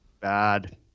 bad